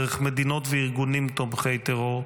דרך מדינות וארגונים תומכי טרור,